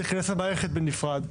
צריך להיכנס למערכת בנפרד,